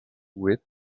with